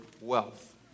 wealth